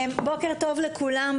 בוקר טוב לכולם,